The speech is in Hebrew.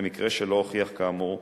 במקרה שלא הוכיח כאמור,